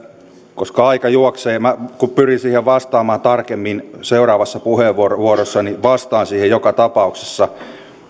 koska aika juoksee pyrin siihen vastaamaan tarkemmin seuraavassa puheenvuorossani vastaan siihen joka tapauksessa